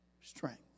strength